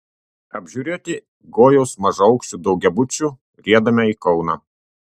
apžiūrėti gojaus mažaaukščių daugiabučių riedame į kauną